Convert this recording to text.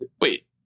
Wait